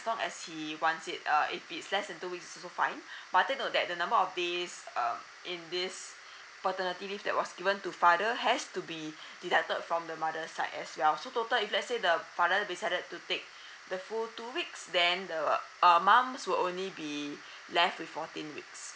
Iong as he wants it uh if it's less than two weeks it's also fine but take note that the number of days um in this paternity leave that was given to father has to be deducted from the mother's side as well so total if let's say the father decided to take the full two weeks then the uh mums will only be left with fourteen weeks